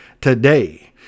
today